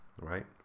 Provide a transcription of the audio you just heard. right